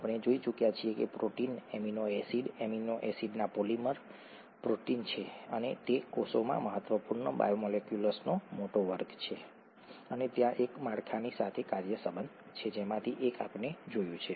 આપણે જોઈ ચૂક્યા છીએ કે પ્રોટીન એમિનો એસિડ એમિનો એસિડના પોલિમર પ્રોટીન છે અને તે કોષમાં મહત્વપૂર્ણ બાયોમોલેક્યુલ્સનો મોટો વર્ગ છે અને ત્યાં એક માળખાની સાથે કાર્ય સંબંધ છે જેમાંથી એક આપણે જોયું છે